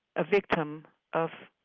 a victim of